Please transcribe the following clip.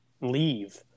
leave